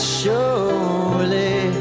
surely